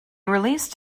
released